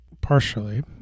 partially